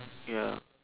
ya